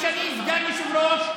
כשאני סגן יושב-ראש,